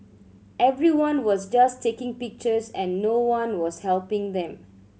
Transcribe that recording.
everyone was just taking pictures and no one was helping them